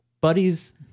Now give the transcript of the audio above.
buddies